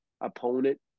opponent